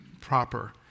proper